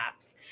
apps